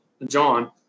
John